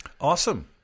Awesome